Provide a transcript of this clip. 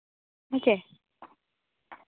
ᱦᱮᱸ ᱥᱮ